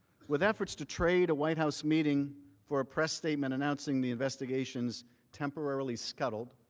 with efforts to treat a white house meeting for a press statement announcing the investigations temporarily scheduled,